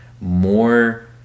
more